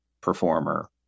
performer